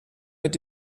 mit